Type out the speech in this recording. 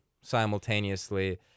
simultaneously